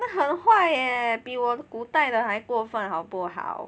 她很坏 eh 比我的古代的还过分好不好